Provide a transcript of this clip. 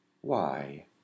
Why